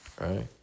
right